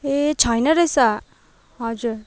ए छैन रहेछ हजुर